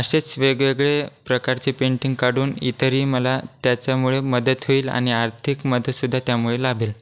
असेच वेगवेगळे प्रकारचे पेंटिंग काढून इतरही मला त्याच्यामुळे मदत होईल आणि आर्थिक मदतसुद्धा त्यामुळे लाभेल